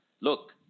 look